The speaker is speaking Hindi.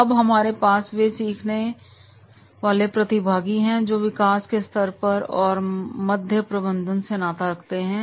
अब हमारे पास वे सीखने वाले प्रतिभागी हैं जो विकास के स्तर पर हैं और मध्य प्रबंधन से नाता रखते हैं